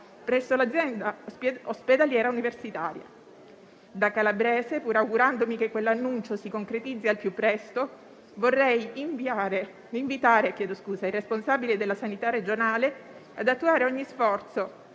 presso l'azienda ospedaliera universitaria. Da calabrese, pur augurandomi che quell'annuncio si concretizzi al più presto, vorrei invitare i responsabili della sanità regionale ad attuare ogni sforzo